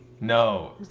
No